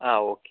ആ ഓക്കെ